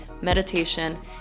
meditation